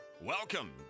Welcome